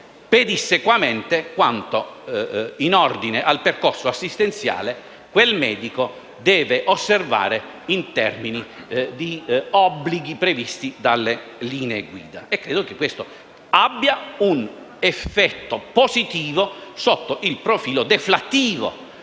pedissequamente quanto in ordine al percorso assistenziale quel medico deve osservare in termini di obblighi previsti dalle linee guida. Credo che questo abbia un effetto positivo sotto il profilo deflattivo